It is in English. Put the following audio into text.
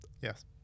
Yes